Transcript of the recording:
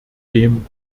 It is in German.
dem